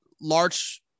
large